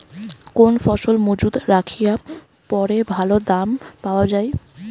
কোন ফসল মুজুত রাখিয়া পরে ভালো দাম পাওয়া যায়?